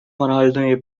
моральної